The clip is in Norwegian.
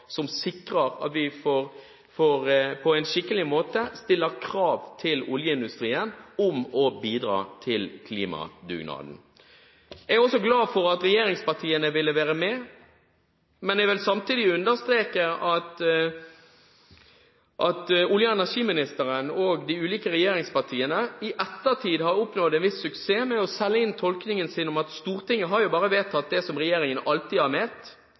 som sikrer at vi på en skikkelig måte stiller krav til oljeindustrien om å bidra til klimadugnaden. Jeg er også glad for at regjeringspartiene ville være med, men jeg vil samtidig understreke at olje- og energiministeren og regjeringspartiene i ettertid har oppnådd en viss suksess med å selge inn tolkningen sin om at Stortinget bare har vedtatt det som regjeringen alltid har ment.